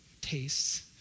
tastes